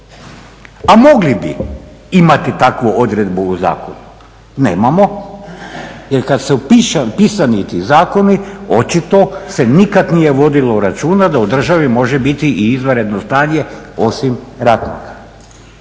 a mogli bi imati takvu odredbu u zakonu. Nemamo jer kad su pisani ti zakoni očito se nikad nije vodilo računa da u državi može biti i izvanredno stanje osim rata.